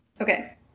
Okay